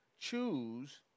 choose